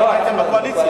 לא היינו בקואליציה,